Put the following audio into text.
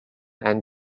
and